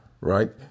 right